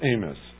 Amos